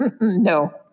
No